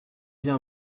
viens